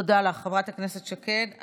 תודה לך, חברת הכנסת שקד.